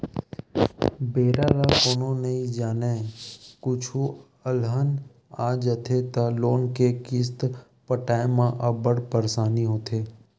बेरा ल कोनो नइ जानय, कुछु अलहन आ जाथे त लोन के किस्त पटाए म अब्बड़ परसानी होथे